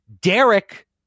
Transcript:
Derek